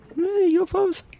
UFOs